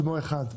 שימוע אחד.